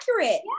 accurate